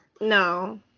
No